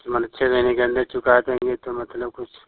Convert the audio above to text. उसके माने छः महीने के अंदर चुका देंगे तो मतलब कुछ